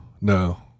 No